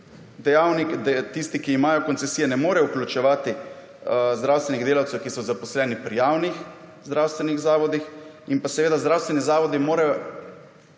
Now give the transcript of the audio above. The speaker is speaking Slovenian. Potem tisti, ki imajo koncesije, ne morejo vključevati zdravstveni delavcev, ki so zaposleni pri javnih zdravstvenih zavodih. In pa seveda zdravstveni zavodi morajo